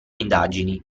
indagini